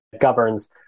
governs